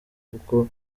kuko